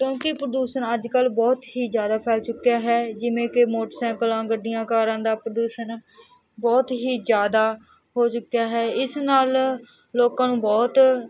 ਕਿਉਂਕਿ ਪ੍ਰਦੂਸ਼ਣ ਅੱਜ ਕੱਲ੍ਹ ਬਹੁਤ ਹੀ ਜ਼ਿਆਦਾ ਫੈਲ ਚੁੱਕਿਆ ਹੈ ਜਿਵੇਂ ਕਿ ਮੋਟਰਸਾਈਕਲਾਂ ਗੱਡੀਆਂ ਕਾਰਾਂ ਦਾ ਪ੍ਰਦੂਸ਼ਣ ਬਹੁਤ ਹੀ ਜ਼ਿਆਦਾ ਹੋ ਚੁੱਕਿਆ ਹੈ ਇਸ ਨਾਲ ਲੋਕਾਂ ਨੂੰ ਬਹੁਤ